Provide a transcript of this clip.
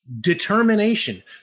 determination